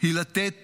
היא לתת